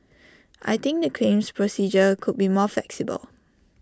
I think the claims procedure could be more flexible